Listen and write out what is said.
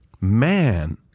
Man